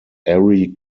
erie